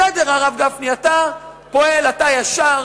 בסדר, הרב גפני, אתה פועל, אתה ישר,